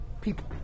people